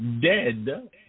dead